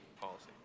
policy